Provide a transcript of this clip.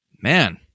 Man